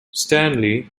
stanley